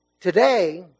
Today